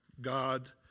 God